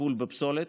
בטיפול בפסולת,